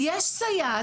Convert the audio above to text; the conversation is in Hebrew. יש סייעת,